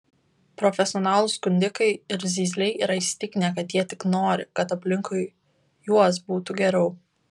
profesionalūs skundikai ir zyzliai yra įsitikinę kad jie tik nori kad aplink juos būtų geriau